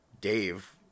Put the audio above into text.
Dave